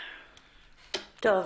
גברתי,